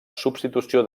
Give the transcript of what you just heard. substitució